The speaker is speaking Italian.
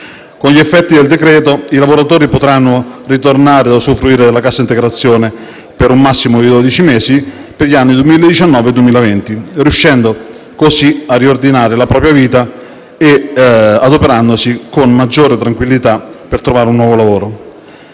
Con gli effetti del decreto, i lavoratori potranno ritornare ad usufruire della cassa integrazione per un massimo di dodici mesi per gli anni 20192020, riuscendo così a riordinare la propria vita e ad adoperarsi con maggiore tranquillità per trovare un nuovo lavoro.